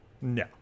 No